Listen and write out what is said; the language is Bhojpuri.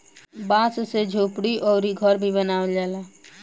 बांस से झोपड़ी अउरी घर भी बनावल जाला